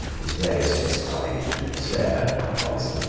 was variously ascribed to despair, to poison,